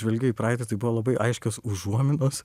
žvelgiu į praeitį tai buvo labai aiškios užuominos